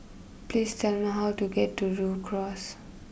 please tell me how to get to Rhu Cross